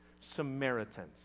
Samaritans